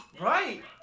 Right